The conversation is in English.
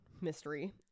mystery